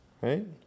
right